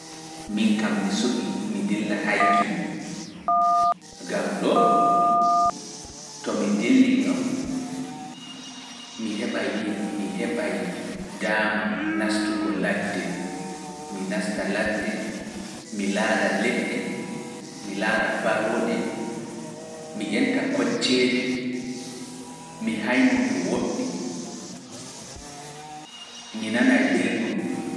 Min kam mi suɓi mi dilla hay kin, gam ɗoo to mi dilli ɗo, mi heɓa daama naastugo ladde, mi naasta ladde, mi laara leɗɗe, mi laara barooɗe, mi enta kocceeje, mi haynoo to woɗɗi, mi nana e belɗum.